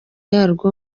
yarwo